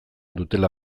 dutela